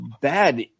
bad